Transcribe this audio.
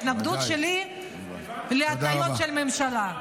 ההתנגדות שלי להטעיות של הממשלה.